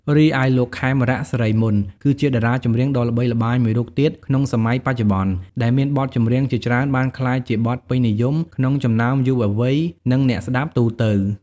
រីឯលោក ខេមរៈ សិរីមន្ត គឺជាតារាចម្រៀងដ៏ល្បីល្បាញមួយរូបទៀតក្នុងសម័យបច្ចុប្បន្ន ដែលមានបទចម្រៀងជាច្រើនបានក្លាយជា បទពេញនិយម ក្នុងចំណោមយុវវ័យ និងអ្នកស្តាប់ទូទៅ។